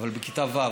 אבל בכיתה ו'.